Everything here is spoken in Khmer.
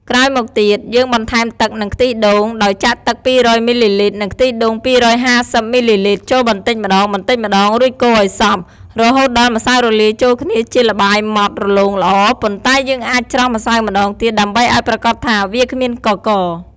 ក្រោយមកទៀត យើងបន្ថែមទឹក និងខ្ទិះដូង ដោយចាក់ទឹក ២០០ មីលីលីត្រ និងខ្ទិះដូង ២៥០ មីលីលីត្រ ចូលបន្តិចម្ដងៗ រួចកូរឱ្យសព្វ រហូតដល់ម្សៅរលាយចូលគ្នាជាល្បាយម៉ដ្ដរលោងល្អ ប៉ុន្តែយើងអាចច្រោះម្សៅម្ដងទៀតដើម្បីឱ្យប្រាកដថាវាគ្មានកករ។